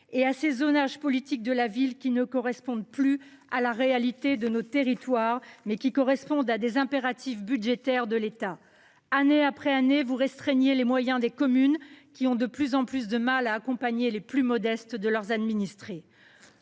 ni à ces zonages « politique de la ville » qui correspondent non à la réalité de nos territoires, mais à des impératifs budgétaires de l’État. Année après année, vous restreignez les moyens des communes, qui ont de plus en plus de mal à accompagner les plus modestes de leurs administrés.